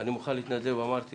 אני מוכן להתנדב, אמרתי